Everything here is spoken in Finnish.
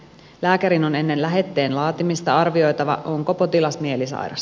lääkärin on ennen lähetteen laatimista arvioitava onko potilas mielisairas